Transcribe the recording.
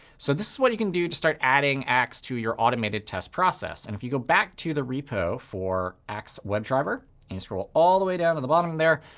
so this is what you can do to start adding axe to your automated test process. and if you go back to the repo for axe-webdriver and you scroll all the way down to the bottom there,